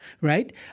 right